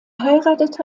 heiratete